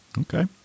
Okay